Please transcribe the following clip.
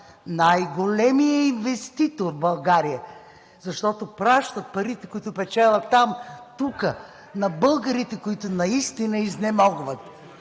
най-големият инвеститор в България, защото пращат парите, които печелят там, тук на българите, които наистина изнемогват.